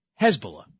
Hezbollah